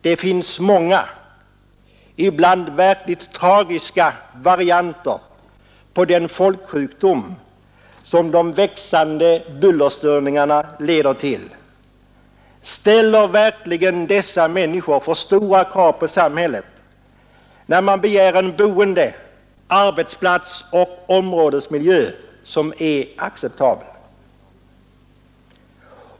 Det finns många — ibland verkligt tragiska — varianter på den folksjukdom som de växande bullerstörningarna leder till. Ställer verkligen dessa människor för stora krav på samhället när de begär en boende-, arbetsplatsoch områdesmiljö som är acceptabel?